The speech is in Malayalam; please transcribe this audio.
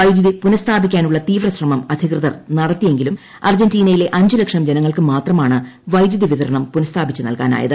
വൈദ്യുതി പുനസ്ഥാപിക്കാനുള്ള തീവ്രശ്രമം അധികൃതർ നടത്തിയെങ്കിലും അർജന്റീനയിലെ അഞ്ചു ലക്ഷം ജനങ്ങൾക്കു മാത്രമാണ് വൈദ്യുതി വിതരണം പുനസ്ഥാപിച്ച് നൽകാനായത്